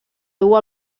dur